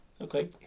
Okay